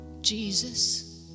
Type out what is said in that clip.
Jesus